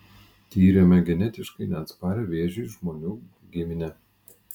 tyrėme genetiškai neatsparią vėžiui žmonių giminę